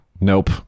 nope